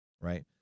right